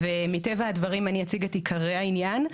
ומטבע הדברים אני אציג את עיקרי העניין,